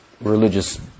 religious